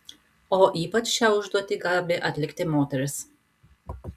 o ypač šią užduotį gabi atlikti moteris